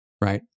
right